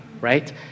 right